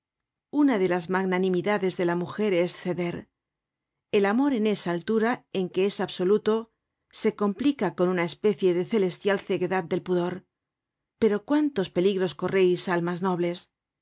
una de las magnanimidades de la mujer es ceder el amor en esa altura en que es absoluto se complica con una especie de celestial ceguedad del pudor pero cuántos peligros correis almas nobles